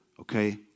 Okay